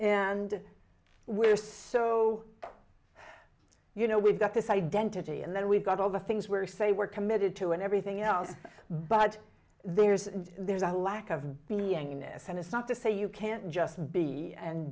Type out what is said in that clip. and we're so you know we've got this identity and then we've got all the things we're say we're committed to and everything else but there's there's a lack of beingness and it's not to say you can't just be and